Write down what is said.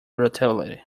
relativity